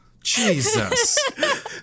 Jesus